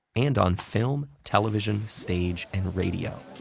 and on film, television, stage, and radio.